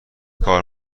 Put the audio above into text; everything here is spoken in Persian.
کار